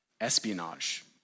Espionage